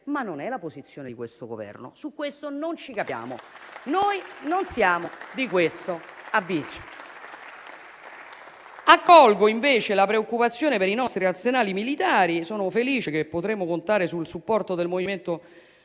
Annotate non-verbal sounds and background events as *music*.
Ma non è la posizione di questo Governo. *applause* Su questo non ci capiamo. Noi non siamo di questo avviso.